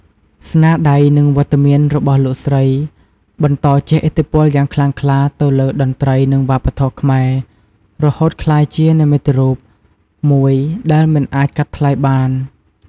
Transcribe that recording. ស្នាដៃ និងវត្តមានរបស់លោកស្រីបន្ត ជះឥទ្ធិពលយ៉ាងខ្លាំងក្លា ទៅលើតន្ត្រី និងវប្បធម៌ខ្មែរ រហូតក្លាយជា និមិត្តរូប មួយដែលមិនអាចកាត់ថ្លៃបាន។